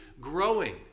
growing